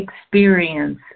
Experience